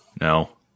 No